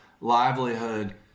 livelihood